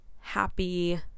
happy